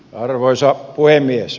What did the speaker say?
arvoisa puhemies